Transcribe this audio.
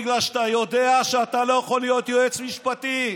בגלל שאתה יודע שאתה לא יכול להיות יועץ משפטי.